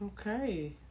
Okay